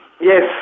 Yes